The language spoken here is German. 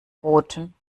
roten